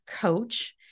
coach